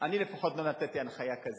אני לפחות לא נתתי הנחיה כזאת.